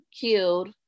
killed